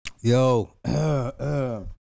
Yo